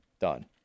Done